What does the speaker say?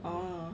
orh